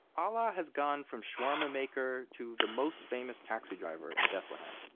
alaa has gone from shawarma maker to the most famous taxi driver in bethlehem.